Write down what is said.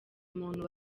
umuntu